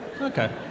Okay